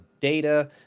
data